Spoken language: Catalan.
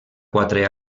quatre